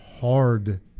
hard